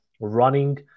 running